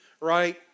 right